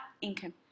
income